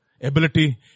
ability